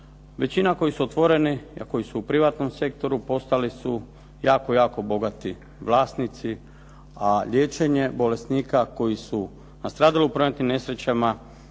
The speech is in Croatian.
većina koji su otvoreni i koji su u privatnom sektoru postali su jako, jako bogati vlasnici, a liječenje bolesnika koji su nastradali u prometnim nesrećama